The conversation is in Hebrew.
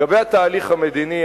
לגבי התהליך המדיני,